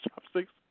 chopsticks